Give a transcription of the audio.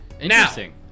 Interesting